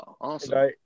Awesome